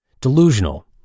Delusional